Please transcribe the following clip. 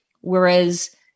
Whereas